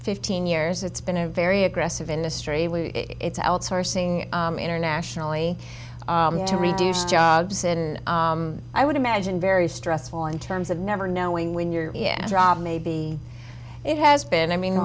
fifteen years it's been a very aggressive industry it's outsourcing internationally to reduce jobs in i would imagine very stressful in terms of never knowing when you're yes rob maybe it has been i mean